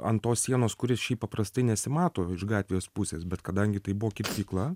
ant tos sienos kuri šiaip paprastai nesimato iš gatvės pusės bet kadangi tai buvo kirpykla